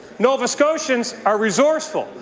nova scotians are resourceful.